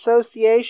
association